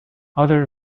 other